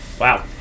Wow